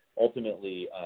ultimately